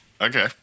Okay